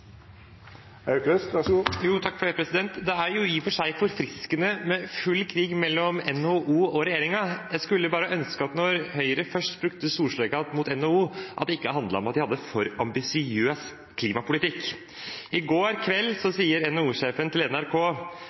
for seg forfriskende med full krig mellom NHO og regjeringen. Jeg skulle bare ønske, når Høyre først brukte storslegga mot NHO, at det ikke handlet om at de hadde en for ambisiøs klimapolitikk. I går kveld sa NHO-sjefen til NRK